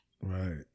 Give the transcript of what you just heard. Right